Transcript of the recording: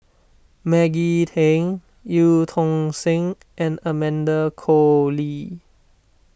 Maggie Teng Eu Tong Sen and Amanda Koe Lee